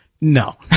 no